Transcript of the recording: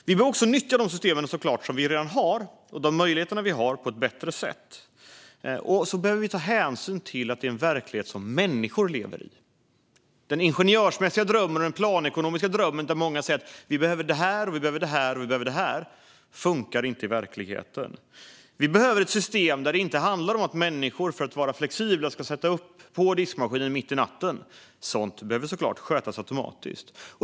Vi bör också såklart nyttja de system och de möjligheter vi har på ett bättre sätt, och vi behöver ta hänsyn till att det handlar om en verklighet som människor lever i. Den ingenjörsmässiga och planekonomiska drömmen, där många säger att vi behöver det här och det här, funkar inte i verkligheten. Vi behöver ett system där det inte krävs att människor för att vara flexibla sätter igång diskmaskinen mitt i natten - sådant behöver såklart skötas automatiskt.